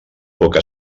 poca